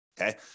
okay